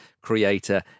Creator